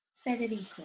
Federico